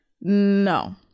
no